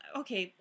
okay